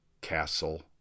Castle